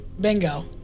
Bingo